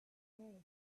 say